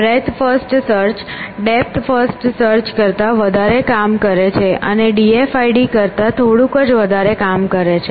breadth first search depth first search કરતાં વધારે કામ કરે છે અને d f i d કરતા થોડુંક જ વધારે કામ કરે છે